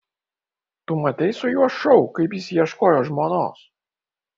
tu matei su juo šou kaip jis ieškojo žmonos